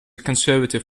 conservative